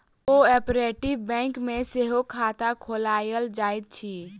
cooperative bank मे सेहो खाता खोलायल जाइत अछि